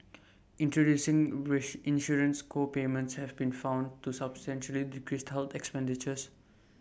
introducing wish insurance co payments have been found to substantially decrease health expenditures